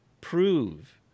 prove